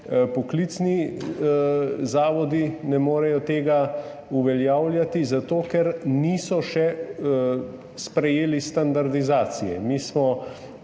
poklicni zavodi ne morejo tega uveljavljati – zato ker še niso sprejeli standardizacije.